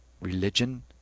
religion